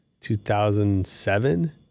2007